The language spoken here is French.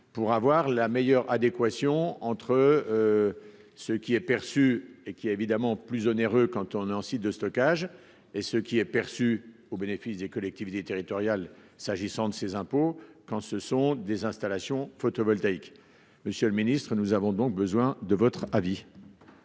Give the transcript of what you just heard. pour avoir la meilleure adéquation entre ce qui est perçu, et qui est évidemment plus onéreux quand on est en site de stockage et ce qui est perçu au bénéfice des collectivités territoriales, s'agissant de ses impôts, quand ce sont des installations photovoltaïques, Monsieur le Ministre, nous avons donc besoin de votre avis.